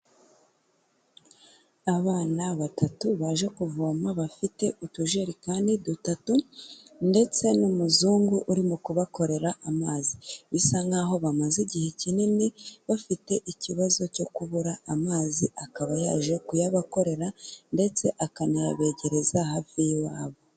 Abana batatu baje kuvoma bafite utujerikani dutatu ndetse n'umuzungu urimo kubakorera amazi, bisa nkaho bamaze igihe kinini bafite ikibazo cyo kubura amazi akaba yaje kuyabakorera ndetse akanayabegereza hafi y'iwabo.